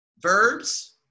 verbs